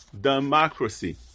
democracy